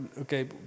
okay